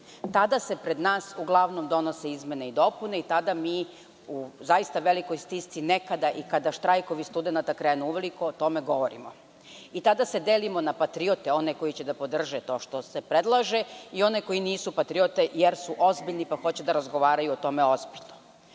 Tada se pred nas uglavnom donose izmene i dopune, tada mi u zaista velikoj stisci, nekada i kada štrajkovi studenata krenu uveliko, o tome govorimo, tada se delimo na patriote, one koji će da podrže to što se predlaže, i one koji nisu patriote, jer su ozbiljni, pa hoće da razgovaraju o tome ozbiljno. Doduše,